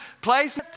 place